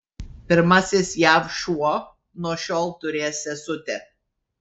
pirmasis jav šuo nuo šiol turės sesutę